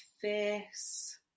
fierce